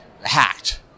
hacked